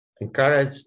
encourage